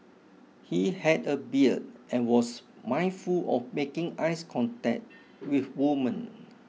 he had a beard and was mindful of making eyes contact with women